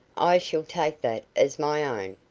i shall take that as my own.